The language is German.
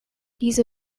diese